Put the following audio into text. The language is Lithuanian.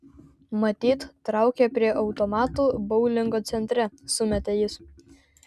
matyt traukia prie automatų boulingo centre sumetė jis